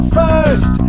first